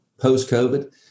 post-COVID